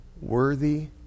worthy